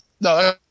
No